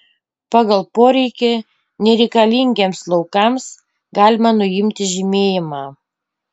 pagal poreikį nereikalingiems laukams galima nuimti žymėjimą